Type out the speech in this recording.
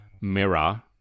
mirror